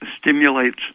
stimulates